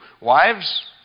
Wives